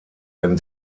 wenn